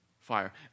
fire